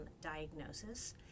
diagnosis